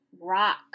rock